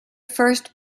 first